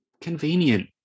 convenient